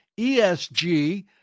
ESG